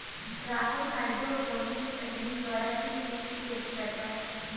Rahul hydroponics तकनीक द्वारा किस चीज की खेती करता है?